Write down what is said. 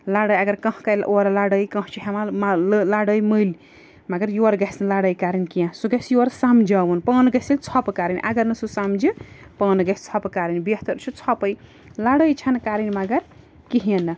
لَڑٲے اَگر کانٛہہ کَرِ اورٕ لڑٲے کانٛہہ چھِ ہٮ۪وان لَڑٲے مٔلۍ مگر یورٕ گژھِ نہٕ لَڑٲے کَرٕنۍ کیٚنٛہہ سُہ گژھِ یورٕ سَمجھاوُن پانہٕ گژھِ ژھۄپہٕ کَرٕنۍ اگر نہٕ سُہ سَمجھِ پانہٕ گژھِ ژھۄپہٕ کَرٕنۍ بہتر چھُ ژھۄپَے لَڑٲے چھَنہٕ کَرٕنۍ مگر کِہیٖنۍ نہٕ